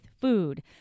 food